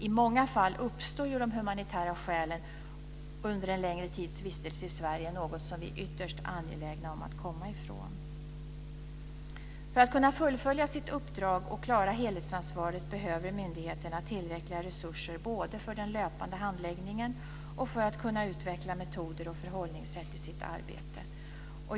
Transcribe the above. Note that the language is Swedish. I många fall uppstår ju de humanitära skälen under en längre tids vistelse i Sverige. Det är något som vi är ytterst angelägna om att komma ifrån. För att kunna fullfölja sitt uppdrag och klara helhetsansvaret behöver myndigheterna tillräckliga resurser både för den löpande handläggningen och för att kunna utveckla metoder och förhållningssätt i sitt arbete.